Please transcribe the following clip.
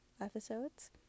episodes